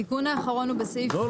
התיקון האחרון הוא בסעיף --- לא,